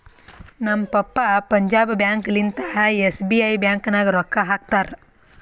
ನಮ್ ಪಪ್ಪಾ ಪಂಜಾಬ್ ಬ್ಯಾಂಕ್ ಲಿಂತಾ ಎಸ್.ಬಿ.ಐ ಬ್ಯಾಂಕ್ ನಾಗ್ ರೊಕ್ಕಾ ಹಾಕ್ತಾರ್